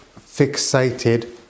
fixated